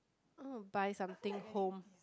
I want to buy something home